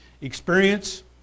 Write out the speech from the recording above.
experience